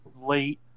late